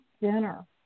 dinner